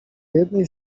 jednej